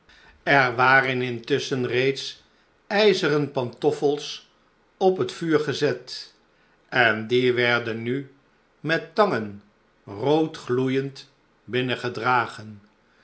er waren intusschen reeds ijzeren pantoffels op het vuur gezet en die werden nu met tangen rood gloeijend